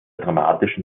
dramatischen